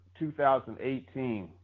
2018